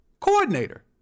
Coordinator